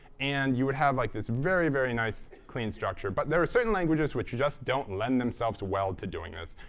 and you would have like this very, very nice, clean structure. but there are certain languages which just don't lend themselves well to doing this.